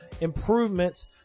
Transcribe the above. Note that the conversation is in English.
improvements